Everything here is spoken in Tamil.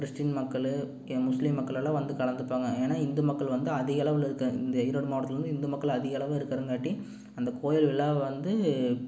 கிறிஸ்டின் மக்களும் முஸ்லீம் மக்களுல்லாம் வந்து கலந்துப்பாங்கள் ஏன்னா இந்து மக்கள் வந்து அதிகளவில் இருக்க இந்த ஈரோடு மாவட்டத்தில் வந்து இந்து மக்கள் அதிகளவு இருக்கிறங்காட்டி அந்த கோயில் விழாவை வந்து